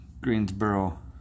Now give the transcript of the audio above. Greensboro